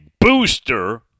booster